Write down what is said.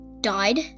died